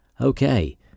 Okay